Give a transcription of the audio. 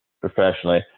professionally